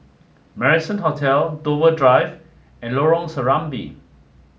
Marrison Hotel Dover Drive and Lorong Serambi